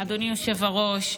אדוני היושב-ראש.